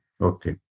Okay